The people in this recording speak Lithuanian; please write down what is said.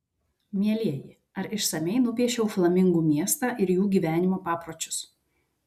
mielieji ar išsamiai nupiešiau flamingų miestą ir jų gyvenimo papročius